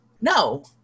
no